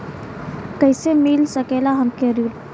कइसे मिल सकेला हमके ऋण?